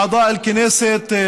עיסאווי, אני צוחק איתו.)